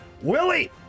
Willie